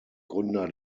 gründer